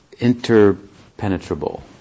interpenetrable